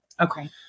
Okay